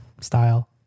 style